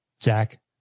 Zach